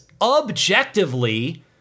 objectively